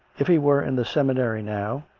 if he were in the seminary now,